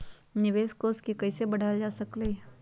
निवेश कोष के कइसे बढ़ाएल जा सकलई ह?